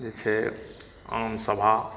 जे छै आमसभा